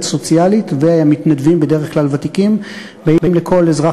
סוציאלית ומתנדבים ותיקים בדרך כלל באים לכל אזרח